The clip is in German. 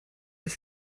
ich